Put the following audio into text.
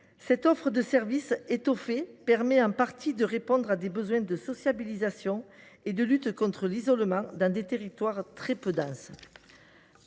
Cette offre de services étoffée permet de répondre en partie à des besoins de sociabilisation et de lutte contre l’isolement dans des territoires très peu denses.